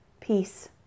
peace